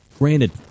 Granted